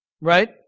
Right